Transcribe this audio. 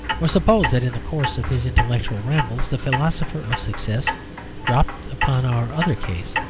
or suppose that in the course of his intellectual rambles the philosopher of success dropped upon our other case,